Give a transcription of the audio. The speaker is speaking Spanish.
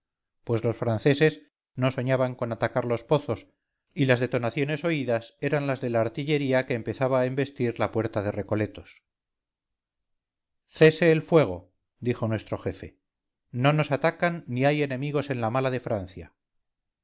pues los franceses no soñaban con atacar los pozos y las detonaciones oídas eran las de la artillería que empezaba a embestir la puerta de recoletos cese el fuego dijo nuestro jefe no nos atacan ni hay enemigos en la mala de francia